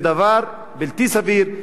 זה דבר בלתי סביר,